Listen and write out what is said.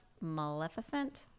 Maleficent